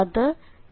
അത് 38 ആണ്